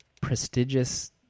prestigious